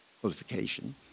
qualification